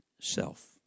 Self